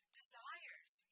desires